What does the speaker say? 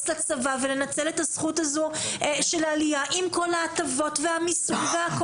לצבא ואז לנצל את הזכות הזו של העלייה עם כל ההטבות וכולי.